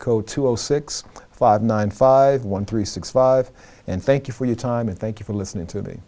code two zero six five nine five one three six five and thank you for your time and thank you for listening to me